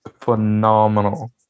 phenomenal